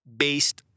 based